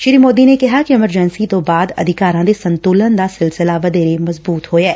ਸ੍ਰੀ ਮੋਦੀ ਨੇ ਕਿਹਾ ਕਿ ਐਮਰਜੈਂਸੀ ਤੋਂ ਬਾਅਦ ਅਧਿਕਾਰਾਂ ਦੇ ਸੰਤੁਲਨ ਦਾ ਸਿਲਸਿਲਾ ਵਧੇਰੇ ਮਜ਼ਬੁਤ ਹੋਇਆ